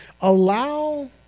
Allow